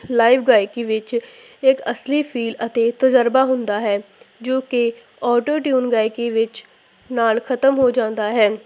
live ਗਾਇਕੀ ਵਿੱਚ ਇੱਕ ਅਸਲੀ ਫੀਲ ਅਤੇ ਤਜ਼ਰਬਾ ਹੁੰਦਾ ਹੈ ਜੋ ਕਿ ਓਟੋ ਟਿਊਨ ਗਾਇਕੀ ਵਿੱਚ ਨਾਲ ਖ਼ਤਮ ਹੋ ਜਾਂਦਾ ਹੈ